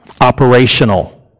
operational